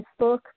Facebook